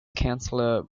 councillor